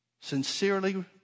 sincerely